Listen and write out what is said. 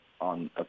on